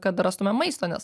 kad rastume maisto nes